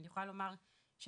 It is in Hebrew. אני יכולה לומר שאני,